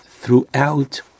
throughout